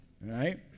right